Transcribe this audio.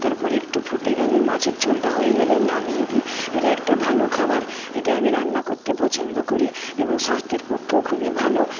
তারপর একটু ফুটে গেলে মাছের ঝোলটা হয়ে গেলে নামিয়ে দিই এটা একটা ভালো খাবার এটা আমি রান্না করতে পছন্দ করি এবং স্বাস্থ্যের পক্ষেও খুবই ভালো